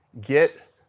get